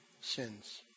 sins